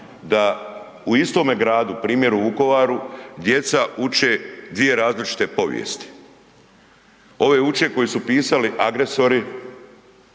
da u istome gradu, primjer u Vukovaru, djeca uče dvije različite povijesti. Ove uče koje su pisali agresori,